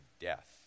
death